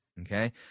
okay